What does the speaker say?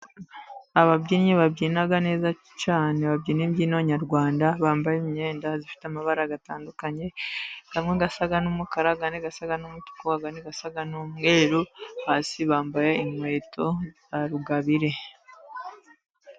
Ababyinnyi babyina neza cyane, babyina imbyino nyarwanda, bambaye imyenda ifite amabara atandukanye, amwe asa n'umukara, andi asa n'umutuku, andi asa n'umweru, hasi bambaye inkweto za rugabire.